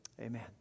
Amen